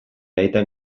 aitak